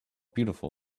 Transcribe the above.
beautiful